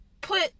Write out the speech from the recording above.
put